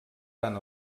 tant